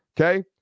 okay